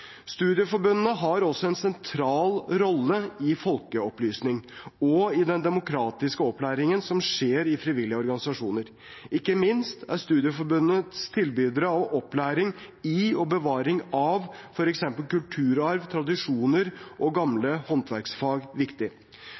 Studieforbundene har også en sentral rolle i folkeopplysning og i den demokratiske opplæringen som skjer i frivillige organisasjoner. Ikke minst er studieforbundenes tilbud av opplæring i og bevaring av f.eks. kulturarv, tradisjoner og gamle håndverksfag viktig